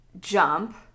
jump